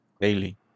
daily